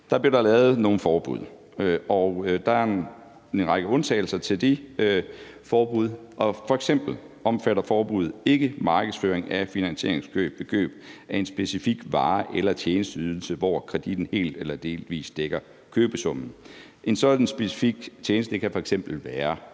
der i forhold til de forbud er en række undtagelser. F.eks. omfatter forbuddet ikke markedsføring af et finansieringskøb ved køb af en specifik vare eller tjenesteydelse, hvor kreditten helt eller delvis dækker købesummen. En sådan specifik tjenesteydelse kan f.eks. være